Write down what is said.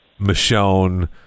michonne